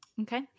Okay